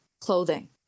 clothing